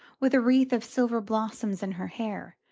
with a wreath of silver blossoms in her hair,